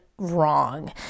Wrong